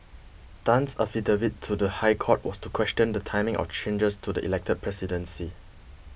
Tan's affidavit to the High Court was to question the timing of changes to the elected presidency